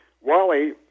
Wally